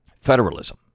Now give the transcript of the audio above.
Federalism